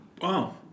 Wow